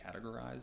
categorized